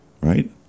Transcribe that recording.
right